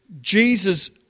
Jesus